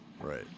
Right